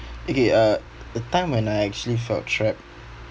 okay uh a time when I actually felt trapped